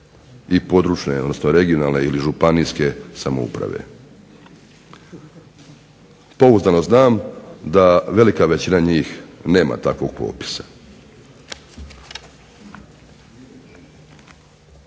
i područne odnosno regionalne ili županijske samouprave. Pouzdano znam da velika većina njih nema takvog popisa.